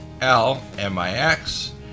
L-M-I-X